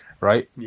right